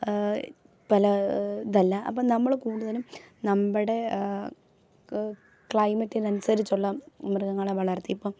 പല ഇതല്ല അപ്പം നമ്മൾ കൂടുതലും നമ്മുടെ ക്ലൈമറ്റിന് അനുസരിച്ചുള്ള മൃഗങ്ങളെ വളർത്തി ഇപ്പം